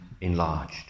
enlarged